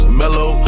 mellow